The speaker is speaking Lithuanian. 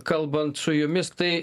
kalbant su jumis tai